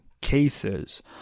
cases